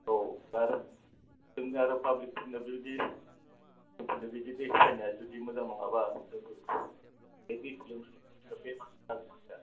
औ दा आरो जोंनो आरो पाब्लिकफोरनोबो बिदि दै होनाया बिदि मोजां नङाब्ला बे दैखो लोंब्ला बेमार जाब्ला